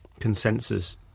Consensus